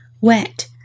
wet